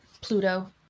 Pluto